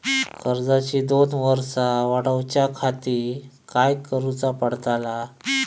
कर्जाची दोन वर्सा वाढवच्याखाती काय करुचा पडताला?